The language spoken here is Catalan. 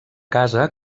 casa